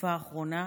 בתקופה האחרונה.